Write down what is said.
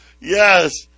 Yes